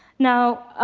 now,